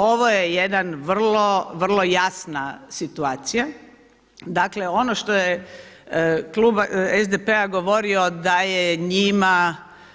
Ovo je jedna vrlo jasna situacija, dakle ono što je klub SDP-a govorio